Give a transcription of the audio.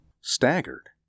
staggered